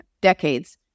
Decades